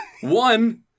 One